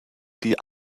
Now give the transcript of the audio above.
die